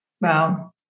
Wow